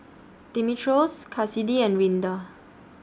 Dimitrios Kassidy and Rinda